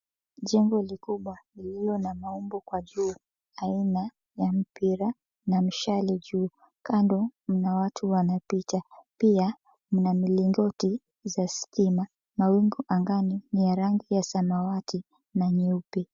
Jengo likubwa lililo na maumbo kwa juu aina ya mpira na mshale juu. Kando mna watu wanapita. Pia mna milingoti za stima. Mawingu angani ni ya rangi ya samawati na nyeupe.